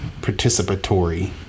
participatory